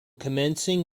commencing